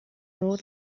more